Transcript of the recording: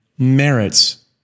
merits